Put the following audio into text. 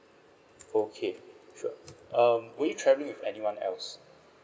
okay sure um were you travelling with anyone else